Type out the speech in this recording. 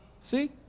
See